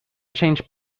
change